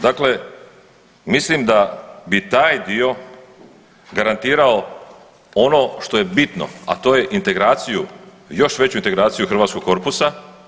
Dakle, mislim da bi taj dio garantirao ono što je bitno, a to je integraciju, još veću integraciju hrvatskog korpusa.